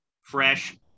fresh